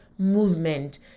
movement